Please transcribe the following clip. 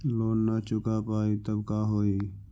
Loan न चुका पाई तब का होई?